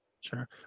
Sure